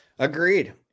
Agreed